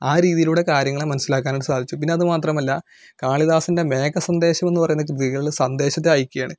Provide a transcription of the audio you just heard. ആ രീതിയിലൂടെ കാര്യങ്ങളെ മനസ്സിലാക്കാന് ഒക്കെ സാധിച്ചു പിന്നതു മാത്രമല്ല കാളിദാസൻ്റെ മേഘസന്ദേശം എന്ന് പറയുന്ന കൃതികളില് സന്ദേശത്തെ അയയ്ക്കുകയാണ്